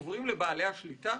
עוברים לבעלי שליטה,